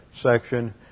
section